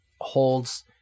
holds